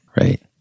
Right